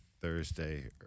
Thursday